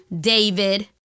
David